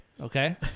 Okay